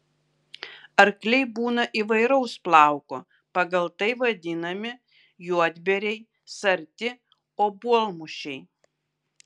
arkliai būna įvairaus plauko pagal tai vadinami juodbėriai sarti obuolmušiai